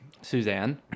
Suzanne